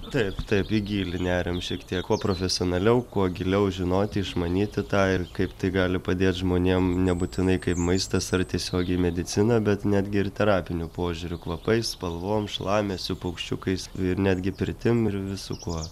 taip taip į gylį neriam šiek tiek kuo profesionaliau kuo giliau žinoti išmanyti tą ir kaip tai gali padėt žmonėm nebūtinai kaip maistas ar tiesiogiai medicina bet netgi ir terapiniu požiūriu kvapais spalvom šlamesiu paukščiukais ir netgi pirtim ir visu kuo